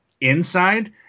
inside